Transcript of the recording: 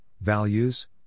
values